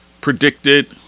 predicted